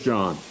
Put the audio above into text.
John